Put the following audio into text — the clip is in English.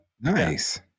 Nice